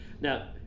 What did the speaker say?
now